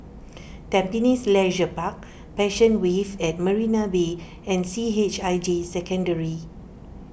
Tampines Leisure Park Passion Wave at Marina Bay and C H I J Secondary